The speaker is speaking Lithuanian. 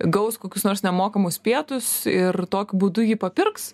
gaus kokius nors nemokamus pietus ir tokiu būdu jį papirks